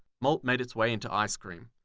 malt made its way into ice cream.